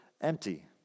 empty